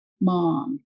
Mom